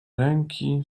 ręki